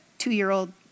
two-year-old